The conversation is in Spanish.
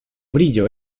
brillo